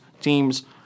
Teams